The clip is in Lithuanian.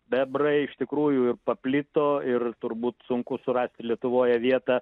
bebrai iš tikrųjų ir paplito ir turbūt sunku surasti lietuvoje vietą